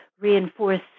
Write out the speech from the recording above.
reinforce